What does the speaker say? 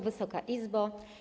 Wysoka Izbo!